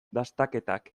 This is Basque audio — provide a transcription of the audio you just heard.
dastaketak